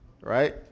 Right